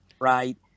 right